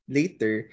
later